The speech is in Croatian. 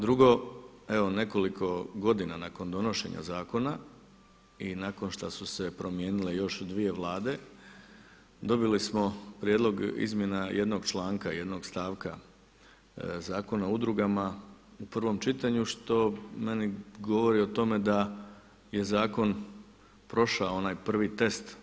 Drugo, evo nekoliko godina nakon donošenja zakona i nakon što su se promijenile još dvije Vlade dobili smo prijedlog izmjena jednog članka, jednog stavka Zakona o udrugama u prvom čitanju što meni govori o tome da je zakon prošao onaj prvi test.